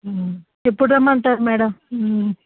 ఎపుడు రమ్మంటారు మ్యాడమ్